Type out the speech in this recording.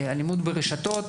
אלימות ברשתות.